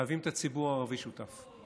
חייבים את הציבור הערבי שותף.